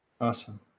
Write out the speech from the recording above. awesome